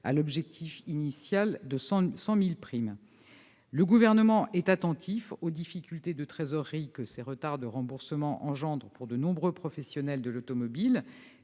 à l'objectif initial de 100 000 primes. Le Gouvernement est attentif aux difficultés de trésorerie que ces retards de remboursement engendrent pour de nombreux professionnels de l'automobile.